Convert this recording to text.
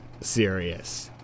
serious